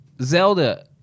Zelda